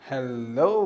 Hello